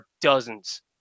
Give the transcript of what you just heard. dozens